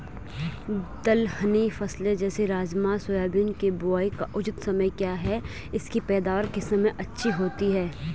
दलहनी फसलें जैसे राजमा सोयाबीन के बुआई का उचित समय क्या है इसकी पैदावार किस समय अच्छी होती है?